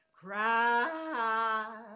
Cry